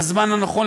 בזמן הנכון,